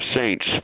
saints